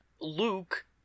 Luke